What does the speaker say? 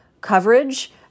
coverage